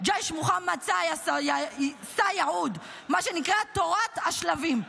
ג'יש מחמד סופ יעוד" מה שנקרא תורת השלבים,